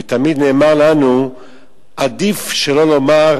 ותמיד נאמר לנו שעדיף שלא נאמר